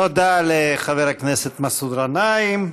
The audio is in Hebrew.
תודה לחבר הכנסת מסעוד גנאים.